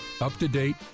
up-to-date